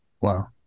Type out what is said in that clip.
Wow